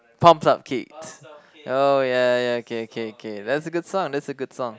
Pumped Up Kicks oh ya ya ya okay okay okay that's a good song that's a good song